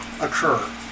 occur